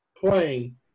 playing